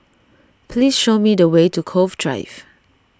please show me the way to Cove Drive